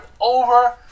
over